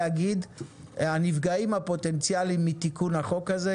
לשמוע בקשב רב גם את הנפגעים הפוטנציאליים מתיקון החוק הזה,